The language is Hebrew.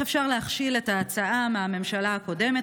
אפשר להכשיל את ההצעה מהממשלה הקודמת,